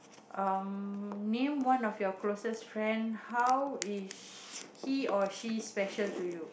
um name one of your closest friend how is he or she special to you